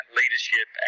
leadership